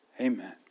Amen